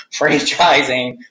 franchising